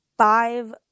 Five